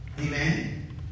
Amen